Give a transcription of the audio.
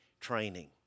training